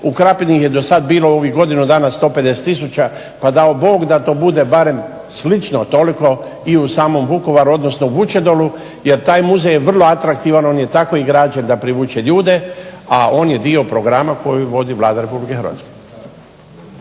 U Krapini je do sad bilo u ovih godinu dana 150000 pa dao Bog da to bude barem slično toliko i u samom Vukovaru, odnosno Vučedolu, jer taj muzej je vrlo atraktivan. On je tako i građen da privuče ljude, a on je dio programa koji vodi Vlada Republike Hrvatske.